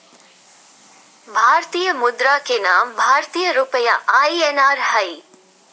भारतीय मुद्रा के नाम भारतीय रुपया आई.एन.आर हइ